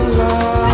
love